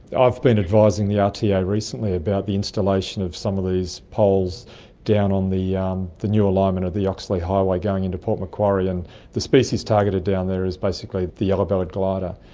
i've been advising the ah rta yeah recently about the installation of some of these poles down on the yeah um the new alignment of the oxley highway going into port macquarie, and the species targeted down there is basically the yellowbellied glider.